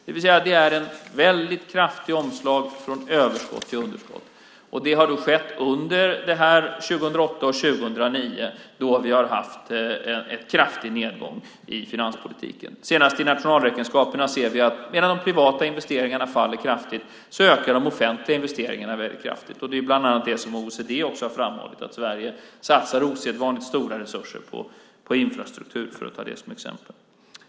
Det vill säga att det är ett väldigt kraftigt omslag från överskott till underskott. Det har skett under 2008 och 2009, då vi har haft en kraftig nedgång i finanspolitiken. Senast i nationalräkenskaperna ser vi att medan de privata investeringarna faller kraftigt ökar de offentliga investeringarna väldigt kraftigt. OECD har också framhållit att Sverige satsar osedvanligt stora resurser på infrastruktur, för att ta det som exempel.